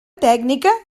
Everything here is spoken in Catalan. tècnica